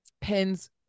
pins